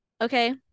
Okay